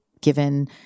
given